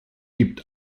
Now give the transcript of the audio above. gibt